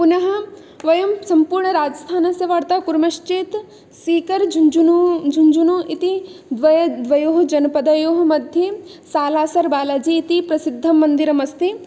पुनः वयं सम्पूर्णराजस्थानस्य वार्तां कुर्मश्चेत् सीकर झुञ्झुनू झुञ्झुनू इति द्वय् द्वयोः जनपदयोः मध्ये सालासर्बालाजी इति प्रसिद्धं मन्दिरमस्ति